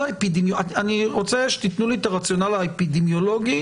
אני רוצה שתתנו לי את הרציונל האפידמיולוגי